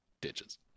ditches